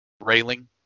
railing